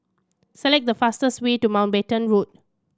select the fastest way to Mountbatten Road